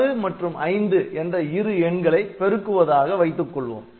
4 மற்றும் 5 என்ற இரு எண்களை பெருக்குவதாக வைத்துக்கொள்வோம்